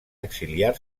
exiliar